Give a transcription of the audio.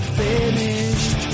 finished